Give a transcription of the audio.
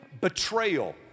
betrayal